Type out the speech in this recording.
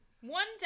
One